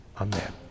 amen